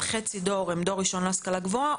חצי דור הם דור ראשון להשכלה גבוהה,